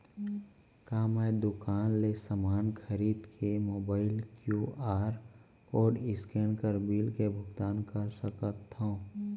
का मैं दुकान ले समान खरीद के मोबाइल क्यू.आर कोड स्कैन कर बिल के भुगतान कर सकथव?